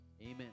Amen